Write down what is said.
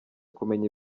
kumenya